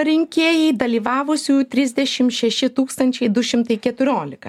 rinkėjai dalyvavusių tridešim šeši tūkstančiai du šimtai keturiolika